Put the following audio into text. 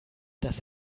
dass